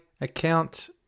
account